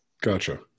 Gotcha